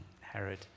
Herod